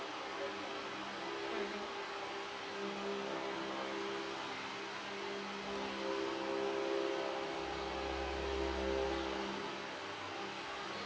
mmhmm